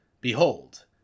Behold